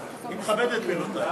אני מכבד את מילותי.